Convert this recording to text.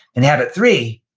and habit three,